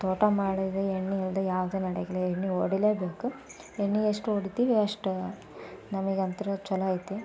ತೋಟ ಮಾಡೋದು ಎಣ್ಣೆ ಇಲ್ಲದೆ ಯಾವುದೂ ನಡೆಗಿಲ್ಲ ಎಣ್ಣೆ ಹೊಡೀಲೇಬೇಕು ಎಣ್ಣೆ ಎಷ್ಟು ಹೊಡಿತೀವಿ ಅಷ್ಟು ನಮಗಂತು ಚಲೋ ಐತಿ